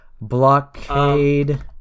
blockade